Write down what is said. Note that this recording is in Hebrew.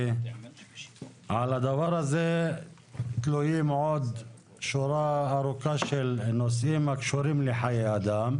כי על הדבר הזה תלויים עוד שורה ארוכה של נושאים הקשורים לחיי אדם,